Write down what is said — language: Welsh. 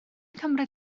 cymryd